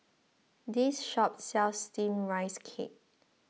this shop sells Steamed Rice Cake